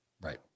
Right